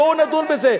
בואו נדון בזה.